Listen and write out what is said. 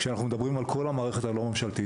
כשאנחנו מדברים על כל המערכת הלא-ממשלתית